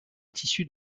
tissu